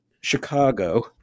chicago